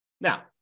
Now